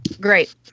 Great